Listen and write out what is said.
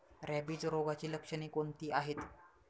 Rabies रोगाची लक्षणे कोणती आहेत?